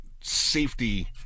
safety